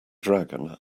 dragon